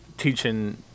teaching